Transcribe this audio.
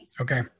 Okay